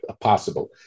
possible